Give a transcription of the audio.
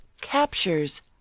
captures